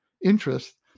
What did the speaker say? interest